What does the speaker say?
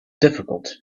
difficult